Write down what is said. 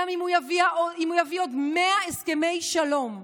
גם אם הוא יביא עוד מאה הסכמי שלום,